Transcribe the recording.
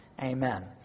Amen